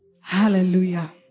Hallelujah